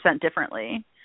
differently